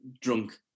drunk